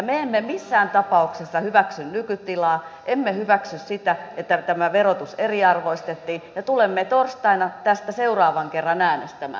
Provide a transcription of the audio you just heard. me emme missään tapauksessa hyväksy nykytilaa emme hyväksy sitä että tämä verotus eriarvoistettiin ja tulemme torstaina tästä seuraavan kerran äänestämään